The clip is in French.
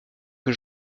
que